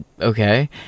Okay